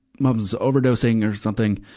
mom's overdosing or something.